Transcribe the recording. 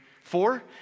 Four